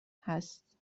هست